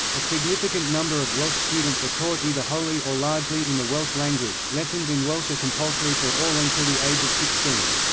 a significant number of welsh students are taught either wholly or largely in the welsh language lessons in welsh are compulsory for all until the age of sixteen.